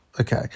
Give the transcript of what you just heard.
Okay